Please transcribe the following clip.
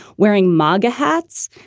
wearing monga hats,